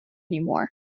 anymore